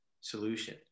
solution